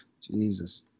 Jesus